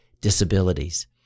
disabilities